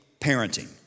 parenting